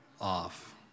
off